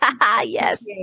Yes